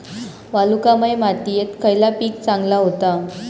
वालुकामय मातयेत खयला पीक चांगला होता?